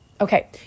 Okay